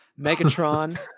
Megatron